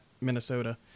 Minnesota